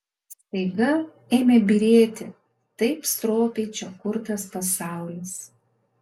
staiga ėmė byrėti taip stropiai čia kurtas pasaulis